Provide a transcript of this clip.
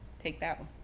take that one?